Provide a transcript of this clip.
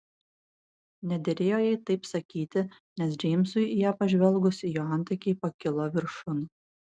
nederėjo jai taip sakyti nes džeimsui į ją pažvelgus jo antakiai pakilo viršun